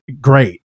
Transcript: great